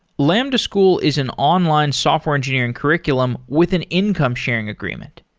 lambda school is an online software engineering curriculum with an income sharing agreement.